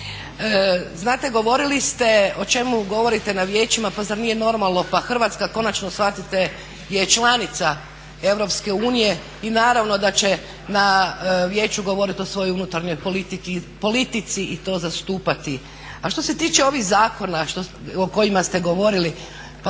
Znate, govorili ste o čemu govorite na vijećima, pa zar nije normalno, pa Hrvatska konačno shvatite je članica Europske unije i naravno da će na Vijeću govoriti o svojoj unutarnjoj politici i to zastupati. A što se tiče ovih zakona o kojima ste govorili,